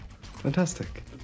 Fantastic